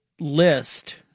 list